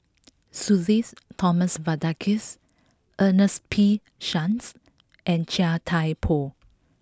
Sudhir Thomas Vadaketh Ernest P Shanks and Chia Thye Poh